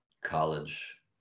college